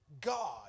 God